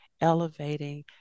elevating